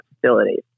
facilities